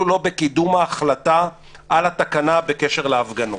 לא בקידום ההחלטה על התקנה בקשר להפגנות.